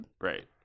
right